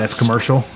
commercial